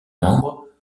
membre